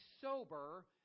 sober